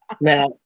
Now